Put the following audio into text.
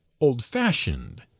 Old-fashioned